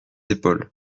épaules